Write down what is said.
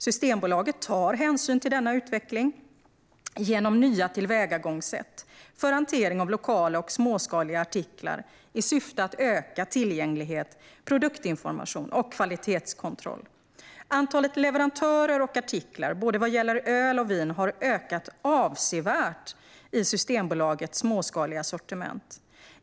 Systembolaget tar hänsyn till denna utveckling genom nya tillvägagångssätt för hantering av lokala och småskaliga artiklar i syfte att öka tillgänglighet, produktinformation och kvalitetskontroll. Antalet leverantörer och artiklar, vad gäller både öl och vin, har ökat avsevärt i Systembolagets småskaliga sortiment.